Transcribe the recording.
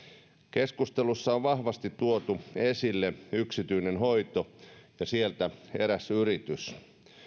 keskustelussa on vahvasti tuotu esille yksityinen hoito ja sieltä eräs yritys